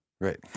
Right